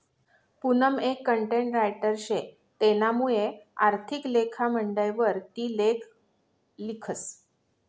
पूनम एक content writer शे तेनामुये आर्थिक लेखा मंडयवर ती लेख लिखस